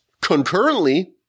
concurrently